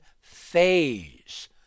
phase